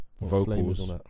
vocals